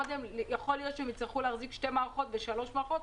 ויכול להיות שהם יצטרכו להחזיק שתיים או שלוש מערכות.